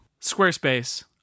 Squarespace